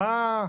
מה?